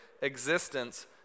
Existence